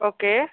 okay